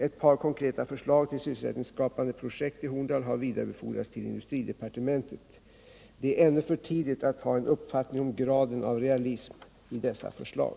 Ett par konkreta förslag till sysselsättningsskapande projekt i Horndal har vidarebefordrats till industridepartementet. Det är ännu för tidigt att ha en uppfattning om graden av realism i dessa förslag.